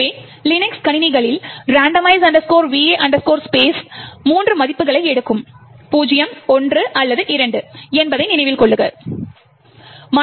எனவே லினக்ஸ் கணினிகளில் randomize va space 3 மதிப்புகளை எடுக்கும் 0 1 அல்லது 2 என்பதை நினைவில் கொள்கிறோம்